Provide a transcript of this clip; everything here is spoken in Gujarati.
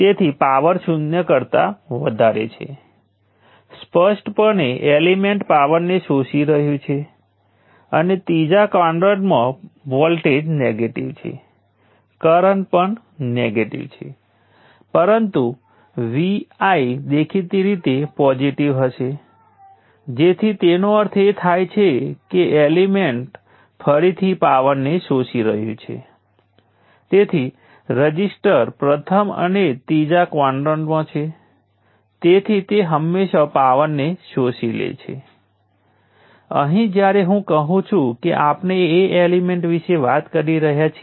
તેથી ચાલો કહીએ કે આ V1 છે અને આ V2 છે અને આપણે કહી શકીએ કે મારી પાસે V3 છે અને તેથી આપણી પાસે કરંટ સોર્સો પણ હોઈ શકે છે પરંતુ હાલ માટે હું વોલ્ટેજ સોર્સો ઉપર વિચાર કરીશ હવે અમારી પાસે અનેક સોર્સો છે આ સોર્સો સાથે મળીને સર્કિટને પાવર પહોંચાડશે પરંતુ તેમાંનામાંથી દરેક પાવરનું અવલોકન અથવા વિતરણ કરી શકે છે